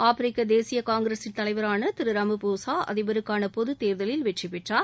ஆப்பிரிக்க தேசிய காங்கிரசின் தலைவரான திரு ரமபோசா அதிபருக்கான பொது தேர்தலில் வெற்றிபெற்றார்